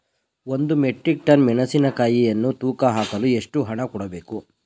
ಒಂದು metric tonne ಮೆಣಸಿನಕಾಯಿಯನ್ನು ತೂಕ ಹಾಕಲು ಎಷ್ಟು ಹಣ ನೀಡಬೇಕು?